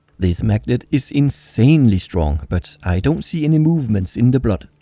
this magnet is insanely strong but i don't see any movements in the blood.